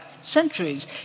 centuries